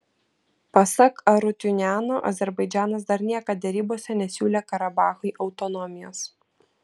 pasak arutiuniano azerbaidžanas dar niekad derybose nesiūlė karabachui autonomijos